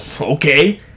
okay